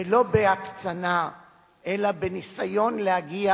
ולא בהקצנה אלא בניסיון להגיע